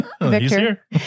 Victor